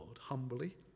humbly